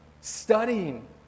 studying